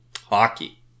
hockey